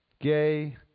gay